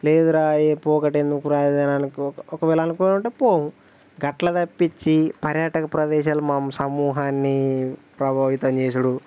లేదురా ఏ పోకట ఎందుకురా అది ఇది ఒకవేళ అనుకోనుంటే పోము గట్ల తప్పించి పర్యాటక ప్రదేశాలు మా సమూహాన్ని ప్రభావితం చేసుడు